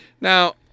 Now